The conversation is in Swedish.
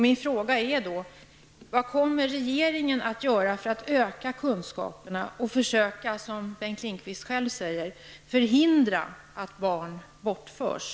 Min fråga är då: Vad kommer regeringen att göra för att öka kunskaperna och försöka, som Bengt Lindqvist själv säger, förhindra att barn bortförs?